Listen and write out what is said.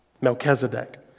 Melchizedek